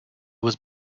was